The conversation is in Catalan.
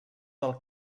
del